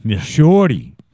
Shorty